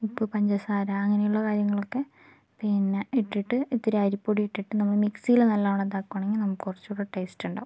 ഉപ്പ് പഞ്ചസാര അങ്ങനെയുള്ള കാര്യങ്ങളൊക്കെ പിന്നെ ഇട്ടിട്ട് ഇത്തിരി അരിപ്പൊടി ഇട്ടിട്ട് നമ്മൾ മിക്സിയിൽ നല്ലോണം ഇതാക്കുകയാണെങ്കിൽ നമുക്ക് കുറച്ചുകൂടി ടേസ്റ്റ് ഉണ്ടാവും